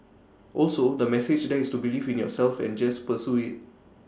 also the message there is to believe in yourself and just pursue IT